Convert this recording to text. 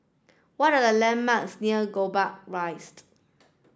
what are the landmarks near Gombak Rised